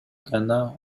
гана